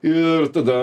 ir tada